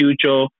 future